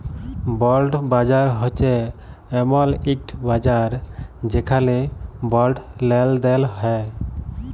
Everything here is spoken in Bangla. বল্ড বাজার হছে এমল ইকট বাজার যেখালে বল্ড লেলদেল হ্যয়